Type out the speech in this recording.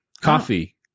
Coffee